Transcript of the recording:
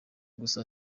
gusa